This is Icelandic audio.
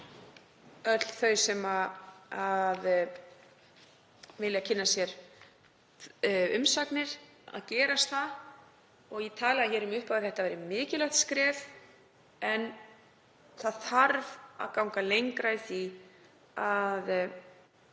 öll þau sem vilja kynna sér umsagnir til að gera það. Ég talaði um það í upphafi að þetta væri mikilvægt skref en það þarf að ganga lengra í því að